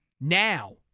Now